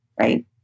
right